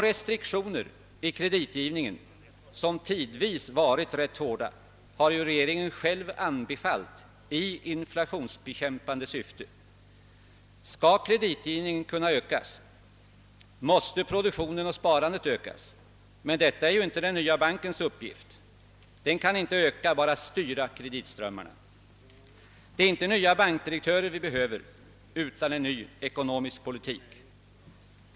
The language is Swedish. Restriktionerna i kreditgivningen, som tidvis varit rätt hårda, har ju regeringen själv anbefallt i inflationsbekämpande syfte. Skall kreditgivningen kunna ökas måste produktionen och sparandet ökas. Men detta är ju inte den nya bankens uppgift — den kan inte öka, endast styra kreditströmmarna. Det är inte nya bankdirektörer vi behöver utan en ny ekonomisk politik.